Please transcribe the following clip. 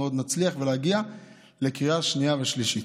ובתקווה שבעזרת השם אנחנו עוד נצליח להגיע לקריאה שנייה ושלישית.